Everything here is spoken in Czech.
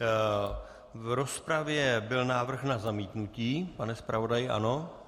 V rozpravě byl návrh na zamítnutí, pane zpravodaji, ano?